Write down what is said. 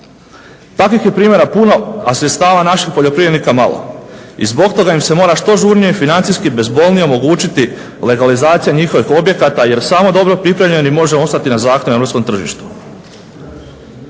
Takvih je primjera puno, a sredstava naših poljoprivrednika malo. I zbog toga im se mora što žurnije i financijski i bezbolnije omogućiti legalizacija njihovih objekata jer samo dobro pripremljeni možemo ostati na …